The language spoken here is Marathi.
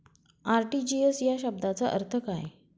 आर.टी.जी.एस या शब्दाचा अर्थ काय?